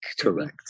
Correct